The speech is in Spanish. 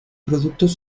productos